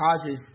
causes